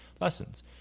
lessons